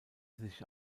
sich